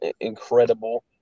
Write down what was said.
incredible